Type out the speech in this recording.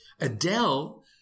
Adele